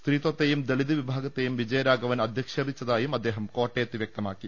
സ്ത്രീത്വത്തെയും ദളിത് വിഭാഗ ത്തെയും വിജയരാഘവൻ അധിക്ഷേപിച്ചതായും അദ്ദേഹം കോട്ട യത്ത് വ്യക്തമാക്കി